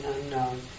unknown